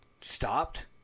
stopped